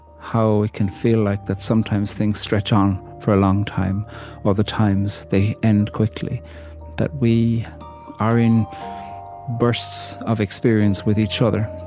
how it can feel like that sometimes things stretch on for a long time, or other times, they end quickly that we are in bursts of experience with each other,